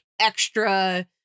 extra